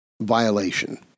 violation